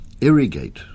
irrigate